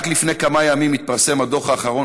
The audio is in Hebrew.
רק לפני כמה ימים התפרסם הדוח האחרון